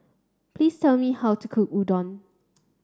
please tell me how to cook Udon